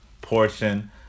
portion